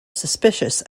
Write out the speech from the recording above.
suspicious